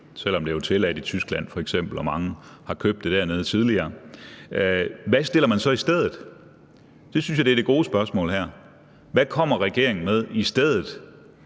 selv om det jo er tilladt i f.eks. Tyskland og mange tidligere har købt det dernede – hvad stiller man så i stedet? Det synes jeg er det gode spørgsmål her. Hvad kommer regeringen med i stedet?